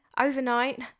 overnight